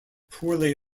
poorly